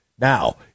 Now